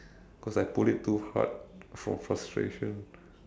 cause I pull it too hard from frustration